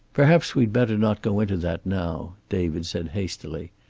perhaps we'd better not go into that now, david said hastily.